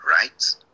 right